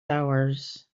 hours